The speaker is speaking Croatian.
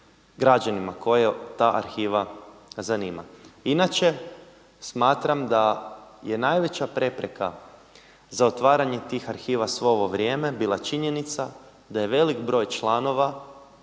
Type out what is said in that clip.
građanima koje ta arhiva zanima. Inače smatram da je najveća prepreka za otvaranje tih arhiva svo ovo vrijeme bila činjenica da je velik broj članova